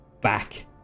back